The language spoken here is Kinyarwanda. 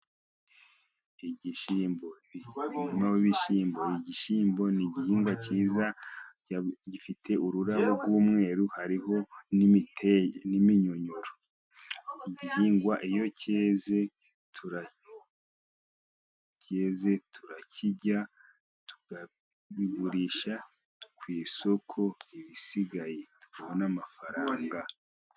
Igishyimbo, umurima w'ibishyimbo, igishyimbo ni igihingwa cyiza gifite ururabo rw'umweru, hariho n'iminyonyoro ,igihingwa iyo cyeze turakirya tukabigurisha ku isoko, ibisigaye tubona amafaranga.